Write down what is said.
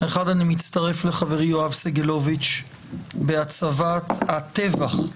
אני מצטרף לחברי יואב סגלוביץ' בהצבת הטבח,